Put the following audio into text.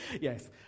yes